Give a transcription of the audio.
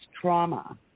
trauma